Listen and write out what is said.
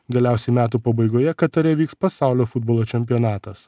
galiausiai metų pabaigoje katare vyks pasaulio futbolo čempionatas